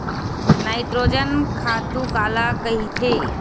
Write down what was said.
Nitrogen खातु काला कहिथे?